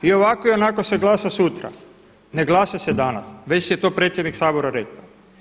I ovako i onako se glasa sutra, ne glasa se danas, već je to predsjednik Sabora rekao.